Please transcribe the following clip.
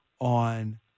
on